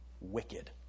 Wicked